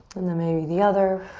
and then maybe the other.